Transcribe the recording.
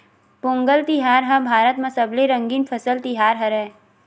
पोंगल तिहार ह भारत म सबले रंगीन फसल तिहार हरय